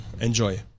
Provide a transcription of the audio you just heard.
enjoy